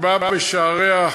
שבא בשעריה,